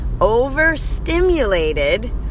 overstimulated